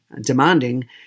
demanding